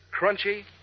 crunchy